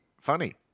funny